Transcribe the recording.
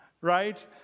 right